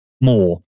more